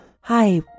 Hi